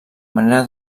manera